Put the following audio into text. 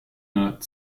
not